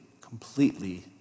completely